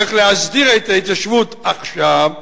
צריך להסדיר את ההתיישבות עכשיו,